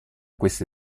queste